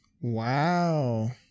Wow